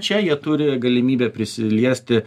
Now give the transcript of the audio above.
čia jie turi galimybę prisiliesti